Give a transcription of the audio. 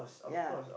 ya